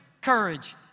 courage